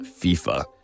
FIFA